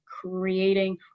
creating